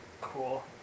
cool